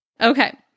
okay